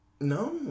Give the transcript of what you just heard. No